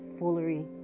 foolery